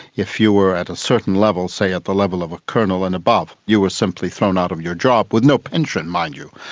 if you were at a certain level, say, at the level of a colonel or and above, you were simply thrown out of your job, with no pension mind you.